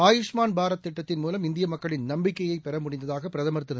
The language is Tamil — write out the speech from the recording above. ஆயுஷ்மான் பாரத் திட்டத்தின் மூலம் இந்திய மக்களின் நம்பிக்கையை பெற முடிந்ததாக பிரதம் திரு